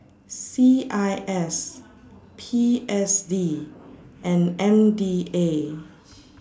C I S P S D and M D A